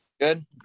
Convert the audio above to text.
Good